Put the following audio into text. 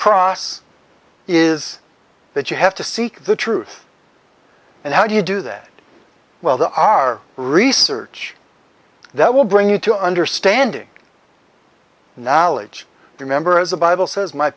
cross is that you have to seek the truth and how do you do that well the our research that will bring you to understanding and knowledge remember as the bible says my